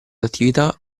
attività